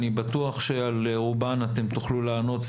אני בטוח שעל רובן אתם תוכלו לענות,